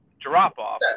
drop-off